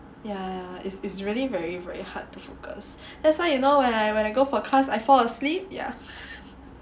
ya ya is really very very hard to focus that's why you know when I when I go for class I fall asleep ya